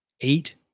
Eight